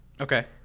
Okay